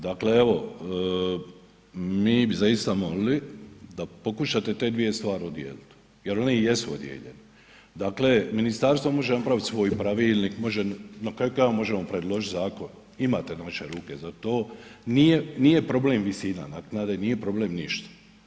Dakle evo, mi bi zaista molili da pokušate te dvije stvari odjelit jer one i jesu odjeljenje, dakle ministarstvo može napravit svoj pravilnik, može, na kraju krajeva možemo predložit zakon, imate naše ruke za to, nije, nije problem visina naknade, nije problem ništa.